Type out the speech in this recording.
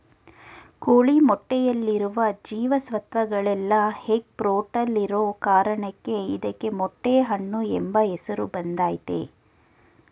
ಕೋಳಿ ಮೊಟ್ಟೆಯಲ್ಲಿರುವ ಜೀವ ಸತ್ವಗಳೆಲ್ಲ ಎಗ್ ಫ್ರೂಟಲ್ಲಿರೋ ಕಾರಣಕ್ಕೆ ಇದಕ್ಕೆ ಮೊಟ್ಟೆ ಹಣ್ಣು ಎಂಬ ಹೆಸರು ಬಂದಯ್ತೆ